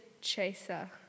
Chaser